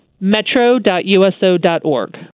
Metro.uso.org